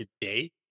today